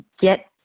get